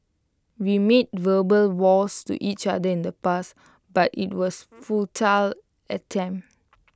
we made verbal vows to each other in the past but IT was A futile attempt